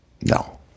No